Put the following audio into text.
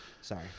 Sorry